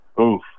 Oof